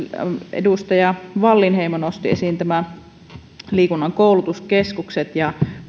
edustaja wallinheimo nosti esiin nämä liikunnan koulutuskeskukset ja